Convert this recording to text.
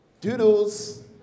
doodles